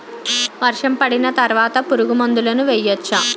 వర్షం పడిన తర్వాత పురుగు మందులను వేయచ్చా?